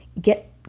get